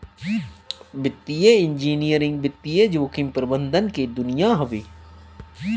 वित्तीय इंजीनियरिंग वित्तीय जोखिम प्रबंधन के दुनिया हवे